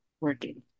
working